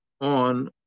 on